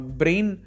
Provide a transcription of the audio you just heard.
brain